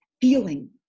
feeling